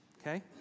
Okay